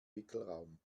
wickelraum